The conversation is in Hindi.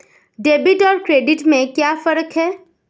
डेबिट और क्रेडिट में क्या फर्क है?